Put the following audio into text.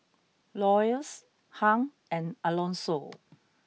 Lois Hung and Alonso